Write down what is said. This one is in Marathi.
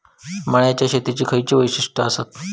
मळ्याच्या शेतीची खयची वैशिष्ठ आसत?